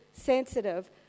sensitive